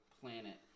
planet